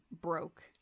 broke